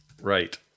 right